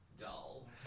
dull